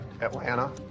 atlanta